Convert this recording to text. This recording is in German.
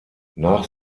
nach